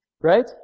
Right